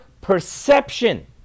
perception